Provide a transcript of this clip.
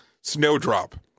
Snowdrop